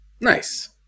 Nice